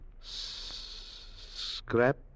Scrap